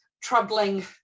troubling